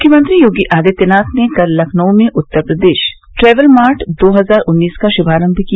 मुख्यमंत्री योगी आदित्यनाथ ने कल लखनऊ में उत्तर प्रदेश ट्रैवल मार्ट दो हजार उन्नीस का शुभारम्भ किया